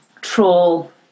troll